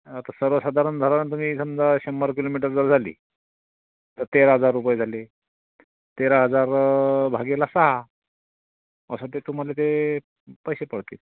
आता सर्वसाधारण धरा ना तुम्ही समजा शंभर किलोमीटर जर झाली तर तेरा हजार रुपये झाले तेरा हजार भागिले सहा असं ते तुम्हाला ते पैसे पडतील